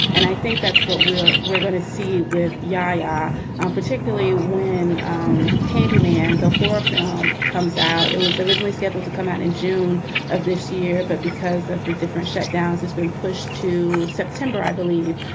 and i think that's what we're we're gonna see with ya-ya and um particularly when um candy man, the horror film comes out. it was originally scheduled to come out in june of this year. but because of the different shut downs, it's been pushed to september, i believe.